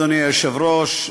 אדוני היושב-ראש,